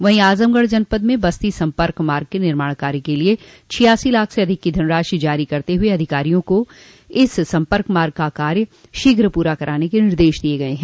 वहीं आजमगढ़ जनपद में बस्ती सम्पर्क मार्ग के निर्माण कार्य के लिये छियासी लाख से अधिक की धनराशि जारी करते हुए अधिकारियों को इस सम्पर्क मार्ग का कार्य शीघ्र पूरा कराने के निर्देश दिये हैं